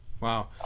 Wow